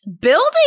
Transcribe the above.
building